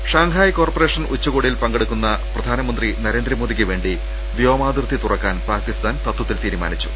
Shanghai corporation ഉച്ചകോടിയിൽ പങ്കെടുക്കുന്ന പ്രധാ നമന്ത്രി നരേന്ദ്രമോദിക്ക് വേണ്ടി വ്യോമാതിർത്തി തുറക്കാൻ പാകി സ്ഥാൻ തത്വത്തിൽ തീരുമാനിച്ചു